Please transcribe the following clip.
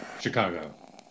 Chicago